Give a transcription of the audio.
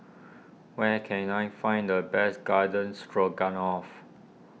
where can I find the best Garden Stroganoff